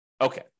Okay